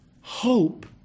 hope